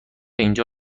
اینجا